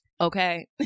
Okay